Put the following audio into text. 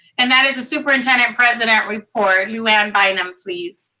and that is the superintendent-president report, lou anne bynum, please.